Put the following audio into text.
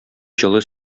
җылы